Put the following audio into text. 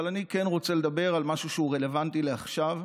אבל אני כן רוצה לדבר על משהו שהוא רלוונטי לעכשיו,